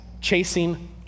chasing